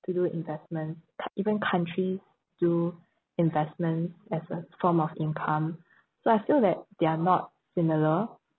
to do investments even countries do investments as a form of income so I feel that they are not similar